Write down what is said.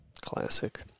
Classic